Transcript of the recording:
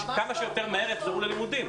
שכמה שיותר מהר יחזרו ללימודים.